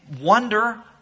wonder